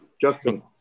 Justin